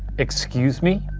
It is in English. excuse me?